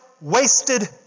wasted